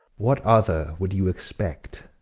what other, would you expect?